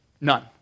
none